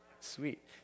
Sweet